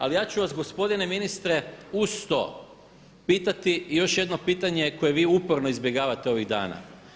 Ali ja ću vas, gospodine ministre, uz to pitati još jedno pitanje koje vi uporno izbjegavate ovih dana.